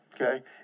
Okay